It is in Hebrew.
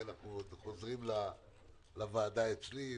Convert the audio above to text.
כי אנחנו חוזרים לוועדה אצלי,